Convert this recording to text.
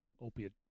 opiate